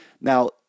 Now